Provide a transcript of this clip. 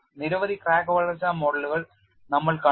നിരവധി ക്രാക്ക് വളർച്ചാ മോഡലുകൾ നമ്മൾ കണ്ടു